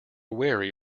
wary